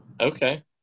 Okay